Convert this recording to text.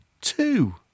Two